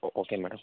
okay madam